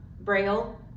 Braille